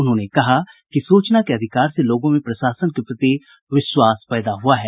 उन्होंने कहा कि सूचना के अधिकार से लोगों में प्रशासन के प्रति विश्वास पैदा हुआ है